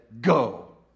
go